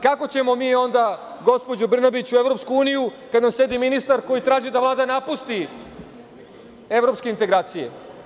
Kako ćemo mi onda, gospođo Brnabić, u EU kada nam sedi ministar koji traži da Vlada napusti evropske integracije?